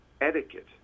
etiquette